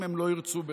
אם הם לא ירצו בכך,